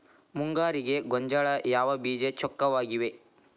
ಮುಂಗಾರಿಗೆ ಗೋಂಜಾಳ ಯಾವ ಬೇಜ ಚೊಕ್ಕವಾಗಿವೆ?